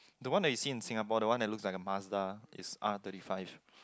the one that you seen in Singapore the one it look like a Mazda is R thirty five